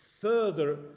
further